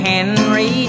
Henry